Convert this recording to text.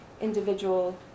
individual